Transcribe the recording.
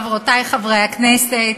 חברותי וחברי חברי הכנסת,